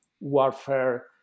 warfare